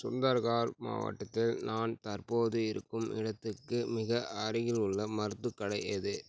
சுந்தர்கார் மாவட்டத்தில் நான் தற்போது இருக்கும் இடத்துக்கு மிக அருகிலுள்ள மருந்துக் கடை எது